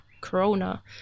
Corona